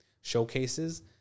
showcases